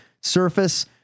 Surface